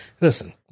listen